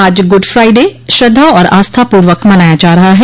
आज Good Friday श्रद्धा और आस्था पूर्वक मनाया जा रहा है